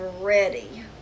ready